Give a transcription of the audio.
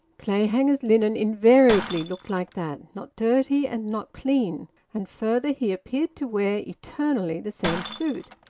clayhanger's linen invariably looked like that, not dirty and not clean and further, he appeared to wear eternally the same suit,